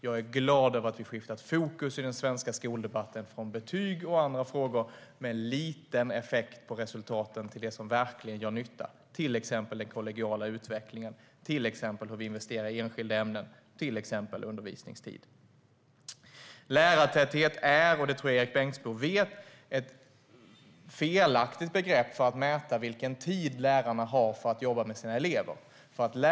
Jag är glad över att vi skiftat fokus i den svenska skoldebatten från betyg och andra frågor med liten effekt på resultaten till det som verkligen gör nytta, till exempel den kollegiala utvecklingen, undervisningstiden och hur vi investerar i enskilda ämnen. Lärartäthet är ett felaktigt begrepp om man ska mäta vilken tid lärarna har för att jobba med sina elever. Det tror jag att Erik Bengtzboe vet.